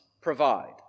provide